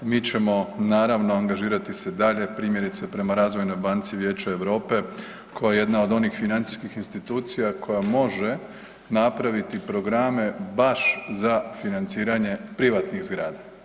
Mi ćemo naravno, angažirati se dalje, primjerice, prema Razvojnoj banci Vijeća Europe koja je jedna od onih financijskih institucija koja može napraviti programe baš za financiranje privatnih zgrada.